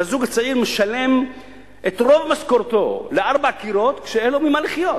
והזוג הצעיר משלם את רוב משכורתו על ארבעה קירות כשאין לו ממה לחיות,